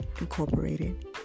Incorporated